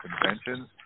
conventions